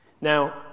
Now